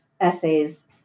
essays